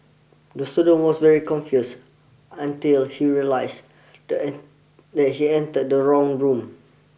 the student was very confused until he realised that that he entered the wrong room